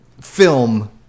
film